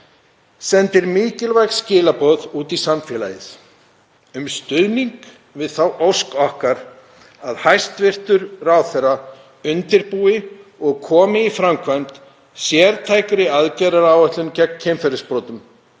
sendir mikilvæg skilaboð út í samfélagið um stuðning við þá ósk okkar að hæstv. ráðherra undirbúi og komi í framkvæmd sértækri aðgerðaáætlun gegn kynferðisbrotum